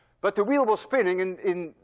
but the wheel was spinning in. in.